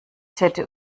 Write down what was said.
täte